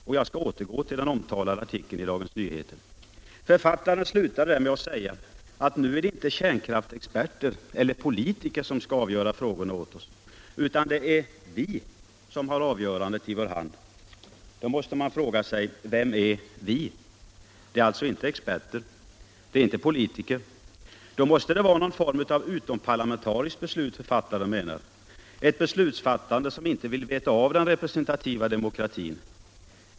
Och jag skall återgå till den omtalade artikeln i Dagens Nyheter. Författaren slutade med att säga, att nu är det inte kärnkraftsexperter eller politiker som skall avgöra frågorna åt oss. Utan det är vi som har avgörandet i vår hand. Då måste man fråga sig: Vilka är vi? Det är alltså inte experter. Det är inte politiker. Då måste det vara någon form av utomparlamentariskt beslut författaren menar. Ett beslutsfattande som inte vill veta av den representativa demokratin.